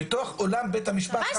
גם אסיר, בתוך אולם בית המשפט.